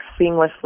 seamlessly